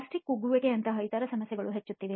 plastic ಕುಗ್ಗುವಿಕೆಯಂತಹ ಇತರ ಸಮಸ್ಯೆಗಳೂ ಹೆಚ್ಚುತ್ತಿವೆ